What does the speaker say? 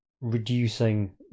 reducing